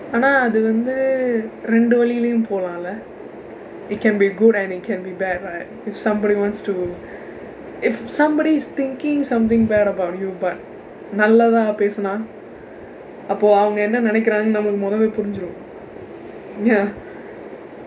ஆனா அது வந்து இரண்டு வழியிலும் போலாம் இல்லை:aanaa athu vandthu irandu vazhiyilum poolaam illai it can be good and it can be bad right if somebody wants to if somebody's thinking something bad about you but நல்லதா பேசுனா அப்போ அவங்க என்ன நினைக்கிறாங்க நம்மளுக்கு முதலே புரிந்திரும்:nallathaa peesunaa appoo avangka enna ninaikkiraangka nammalukku muthalee purindthirum